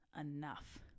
enough